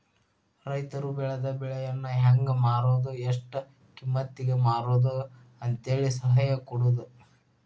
ರೈತರು ಬೆಳೆದ ಬೆಳೆಯನ್ನಾ ಹೆಂಗ ಮಾರುದು ಎಷ್ಟ ಕಿಮ್ಮತಿಗೆ ಮಾರುದು ಅಂತೇಳಿ ಸಲಹೆ ಕೊಡುದು